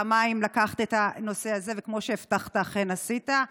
פעמיים לקחת את הנושא הזה, וכמו שהבטחת אכן עשית.